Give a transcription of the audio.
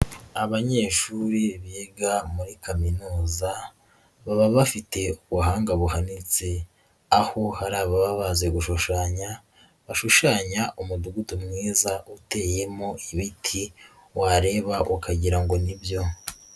Abanyeshuri biga muri kaminuza baba bafite ubuhanga buhanitse, aho hari ababa bazi gushushanya, bashushanya umudugudu mwiza uteyemo ibiti wareba ukagira ngo ni nibyo.